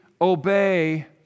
obey